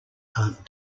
aunt